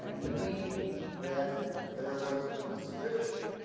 to mean that there was sufficient,